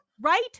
right